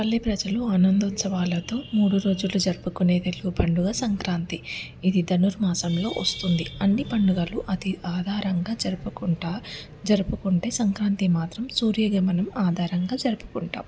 పల్లె ప్రజలు ఆనంద ఉత్సవాలతో మూడు రోజులు జరుపుకునే తెలుగు పండుగ సంక్రాంతి ఇది ధనుర్మాసంలో వస్తుంది అన్ని పండుగలు అది ఆధారంగా జరుపుకుంటా జరుపుకుంటే సంక్రాంతి మాత్రం సూర్యగమనం ఆధారంగా జరుపుకుంటాం